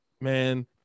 man